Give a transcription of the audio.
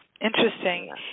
Interesting